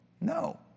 No